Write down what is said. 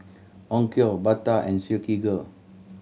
Onkyo Bata and Silkygirl